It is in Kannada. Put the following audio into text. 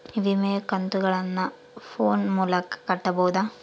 ವಿಮೆಯ ಕಂತುಗಳನ್ನ ಫೋನ್ ಮೂಲಕ ಕಟ್ಟಬಹುದಾ?